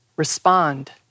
respond